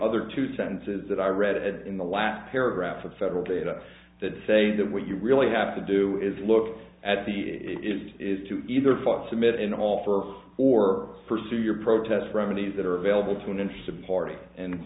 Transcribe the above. other two sentences that i read in the last paragraph of federal data that say that what you really have to do is look at the if is to either force submit an offer or pursue your protest remedies that are available to an